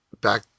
back